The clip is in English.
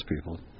people